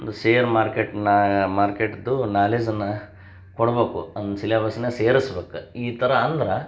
ಒಂದು ಸೇರ್ ಮಾರ್ಕೇಟನ್ನ ಮಾರ್ಕೇಟ್ದು ನಾಲೆಜನ್ನು ಕೊಡ್ಬೇಕು ಒಂದು ಸಿಲೆಬಸನ್ನ ಸೇರಸ್ಬೇಕು ಈ ಥರ ಅಂದ್ರೆ